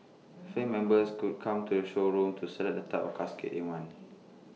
family members could come to the showroom to select the type of caskets they want